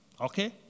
Okay